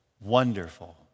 wonderful